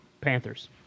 Panthers